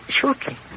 shortly